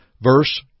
verse